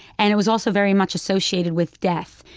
and it was also very much associated with death.